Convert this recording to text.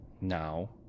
now